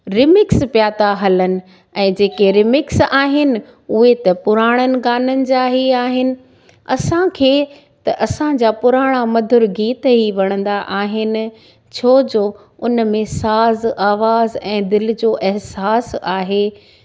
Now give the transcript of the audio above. remix पिया था हलनि ऐं जेके रिमिक्स आहिनि उहे त पुराणनि गाननि जा ही आहिनि असांखे त असांजा पुराणा मधुर गीत ई वणंदा आहिनि छो जो उन में साज़ु आवाजु ऐं दिलि जो अहसासु आहे